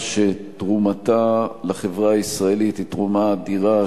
קהילה שתרומתה לחברה הישראלית היא תרומה אדירה,